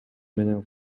менен